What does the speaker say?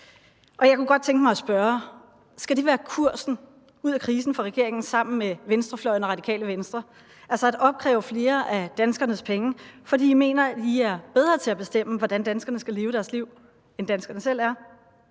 skal være kursen ud af krisen fra regeringens side sammen med venstrefløjen og Det Radikale Venstre, altså at opkræve flere af danskernes penge, fordi I mener, I er bedre til at bestemme, hvordan danskerne skal leve deres liv, end danskerne selv er.